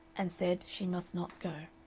and said she must not go.